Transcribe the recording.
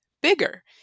bigger